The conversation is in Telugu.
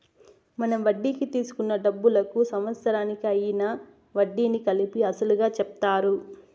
మనం వడ్డీకి తీసుకున్న డబ్బులకు సంవత్సరానికి అయ్యిన వడ్డీని కలిపి అసలుగా చెప్తారు